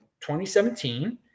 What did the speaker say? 2017